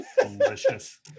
Delicious